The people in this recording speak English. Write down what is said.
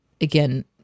Again